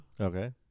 okay